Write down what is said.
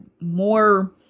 more